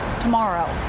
tomorrow